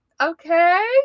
okay